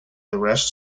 arrest